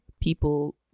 people